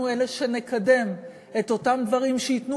אנחנו אלה שנקדם את אותם דברים שייתנו